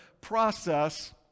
process